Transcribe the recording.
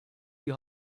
die